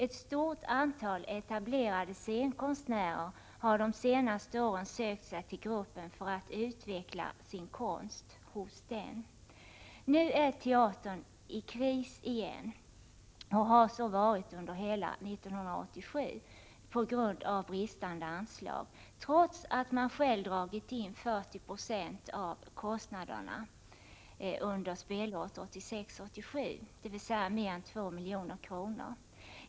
Ett stort antal etablerade scenkonstnärer har de senaste åren sökt sig till gruppen för att utveckla sin konst hos dem. Nu är teatern i kris igen och har så varit hela 1987 på grund av bristande anslag, trots att man själv dragit in 40 96 av kostnaderna, dvs. mer än 2 milj.kr.